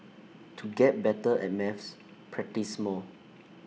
to get better at maths practise more